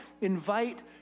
invite